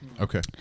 okay